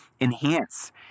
enhance